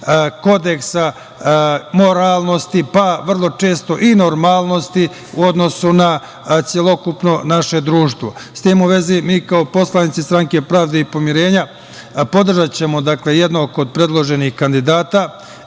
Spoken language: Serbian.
kodeksa moralnosti, pa vrlo često i normalnosti u odnosu na celokupno naše društvo.S tim u vezi, mi kao poslanici Stranke pravde i pomirenja, podržaćemo jednog od predloženih kandidata,